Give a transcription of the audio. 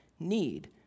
need